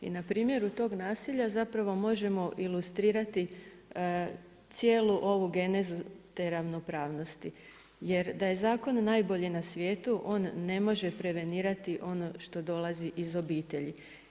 Na primjer, kod tog nasilja zapravo možemo ilustrirati cijelu ovu genezu te ravnopravnosti jer da je zakon najbolji na svijetu, on ne može prevenirati ono što dolazi iz obitelji.